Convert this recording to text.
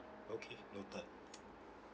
okay noted